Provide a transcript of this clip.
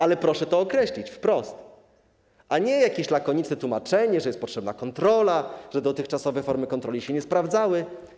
Ale proszę to określić wprost, zamiast lakoniczne tłumaczyć, że jest potrzebna kontrola, że dotychczasowe formy kontroli się nie sprawdzały.